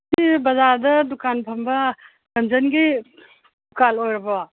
ꯁꯤ ꯕꯖꯥꯔꯗ ꯗꯨꯀꯥꯟ ꯐꯝꯕ ꯔꯟꯖꯟꯒꯤ ꯗꯨꯀꯥꯟ ꯑꯣꯏꯔꯕꯣ